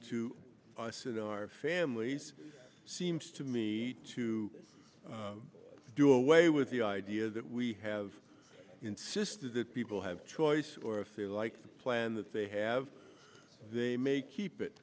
to us and our families seems to me to do away with the idea that we have insisted that people have choice or if they like the plan that they have they may keep it